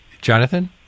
Jonathan